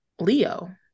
leo